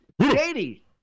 Katie